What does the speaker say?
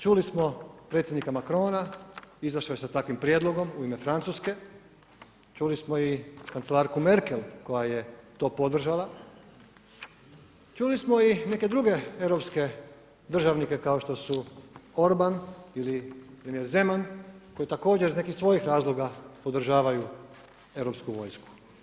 Čuli smo predsjednika Macrona, izašao je sa takvim prijedlogom u ime Francuske, čuli smo i kancelarku Merkel koja je to podržala, čuli smo i neke druge europske državnike kao što su Orban ili Zeman koji također iz nekih svojih razloga podržavaju europsku vojsku.